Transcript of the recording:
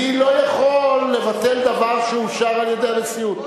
אני לא יכול לבטל דבר שאושר על-ידי הנשיאות.